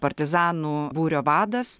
partizanų būrio vadas